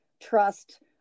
trust